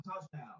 touchdown